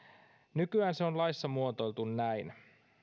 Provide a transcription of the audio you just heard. nykyään se on laissa muotoiltu näin